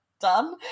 done